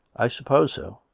i suppose so.